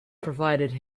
provided